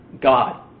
God